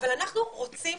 אבל אנחנו רוצים